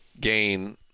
gain